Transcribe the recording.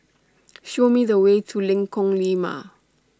Show Me The Way to Lengkong Lima